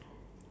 oh